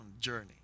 journey